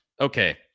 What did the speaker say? okay